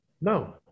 No